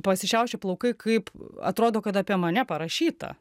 pasišiaušė plaukai kaip atrodo kad apie mane parašyta